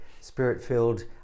spirit-filled